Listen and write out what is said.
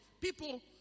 people